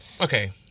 Okay